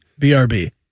BRB